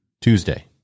Tuesday